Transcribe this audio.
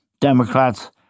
Democrats